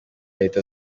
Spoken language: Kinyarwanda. leta